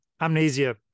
amnesia